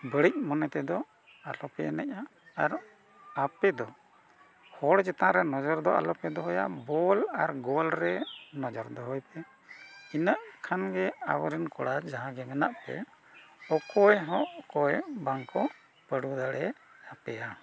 ᱵᱟᱹᱲᱤᱡ ᱢᱚᱱᱮ ᱛᱮᱫᱚ ᱟᱞᱚᱯᱮ ᱮᱱᱮᱡ ᱟ ᱟᱨ ᱟᱯᱮ ᱫᱚ ᱦᱚᱲ ᱪᱮᱛᱟᱱ ᱨᱮ ᱱᱚᱡᱚᱨ ᱫᱚ ᱟᱞᱚᱯᱮ ᱫᱚᱦᱚᱭᱟ ᱵᱚᱞ ᱟᱨ ᱜᱳᱞᱨᱮ ᱱᱚᱡᱚᱨ ᱫᱚᱦᱚᱭ ᱯᱮ ᱤᱱᱟᱹ ᱠᱷᱟᱱᱜᱮ ᱟᱵᱚᱨᱮᱱ ᱠᱚᱲᱟ ᱡᱟᱦᱟᱸᱜᱮ ᱢᱮᱱᱟᱜ ᱯᱮ ᱚᱠᱚᱭ ᱦᱚᱸ ᱚᱠᱚᱭ ᱵᱟᱝ ᱠᱚ ᱯᱟᱸᱰᱩ ᱫᱟᱲᱮ ᱟᱯᱮᱭᱟ